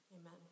Amen